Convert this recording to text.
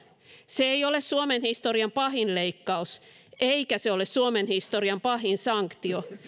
se ei ole suomen historian pahin leikkaus eikä se ole suomen historian pahin sanktio